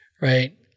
right